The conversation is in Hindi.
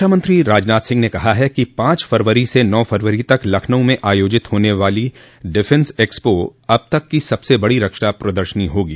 रक्षामंत्री राजनाथ सिंह ने कहा है कि पांच फरवरी से नौ फरवरी तक लखनऊ में आयोजित होने वाला डिफेंस एकसपो अब तक की सबसे बड़ी रक्षा प्रदर्शनी होगी